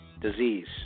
Disease